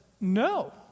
no